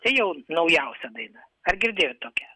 čia jau naujausia daina ar girdėjot tokią